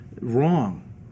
wrong